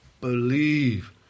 Believe